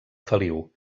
feliu